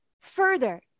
Further